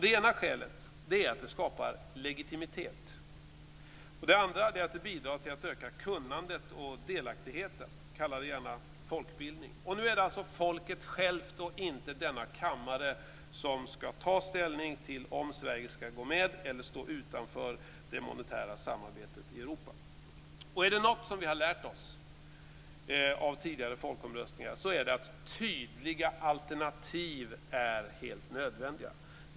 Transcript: Det ena skälet är att det skapar legitimitet. Det andra är att det bidrar till att öka kunnandet och delaktigheten - kalla det gärna folkbildning. Nu är det alltså folket självt och inte denna kammare som ska ta ställning till om Sverige ska gå med i eller stå utanför det monetära samarbetet i Europa. Är det något som vi har lärt oss av tidigare folkomröstningar så är det att tydliga alternativ är helt nödvändiga.